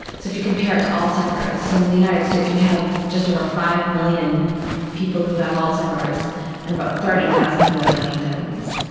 so if you compare it to alzheimer's, so in the united states we have just over five million people who have alzheimer's and about thirty thousand who have huntington's.